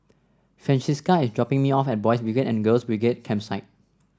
Francisca is dropping me off at Boys' Brigade and Girls' Brigade Campsite